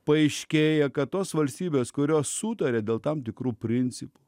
paaiškėja kad tos valstybės kurios sutarė dėl tam tikrų principų